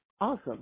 Awesome